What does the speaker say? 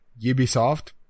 Ubisoft